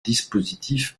dispositifs